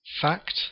fact